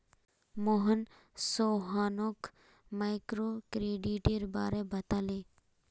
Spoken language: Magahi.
मोहन सोहानोक माइक्रोक्रेडिटेर बारे बताले